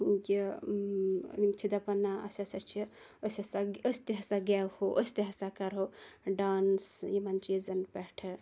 کہ یِم چھِ دَپان نہ اَسہ ہَسا چھِ أسۍ ہَسا أسۍ تہٕ ہَسا گٮ۪وہوأسۍ تہٕ ہَسا کَرہو ڈانس یِمَن چیٖزَن پیَٹھ